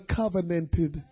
covenanted